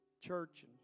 church